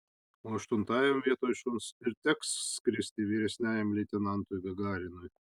o aštuntajam vietoj šuns ir teks skristi vyresniajam leitenantui gagarinui